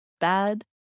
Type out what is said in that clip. bad